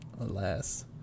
Alas